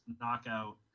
Knockout